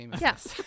Yes